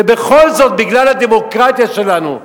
ובכל זאת בגלל הדמוקרטיה שלנו,